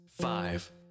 five